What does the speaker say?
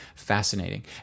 fascinating